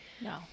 No